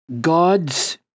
God's